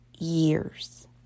years